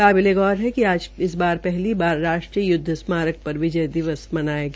काबिलेगौर है कि आज पहली बार राष्ट्रीय युदव स्मारक पर विजय दिवस मनाया गया